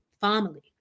family